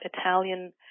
Italian